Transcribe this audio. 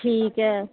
ਠੀਕ ਹੈ